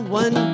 one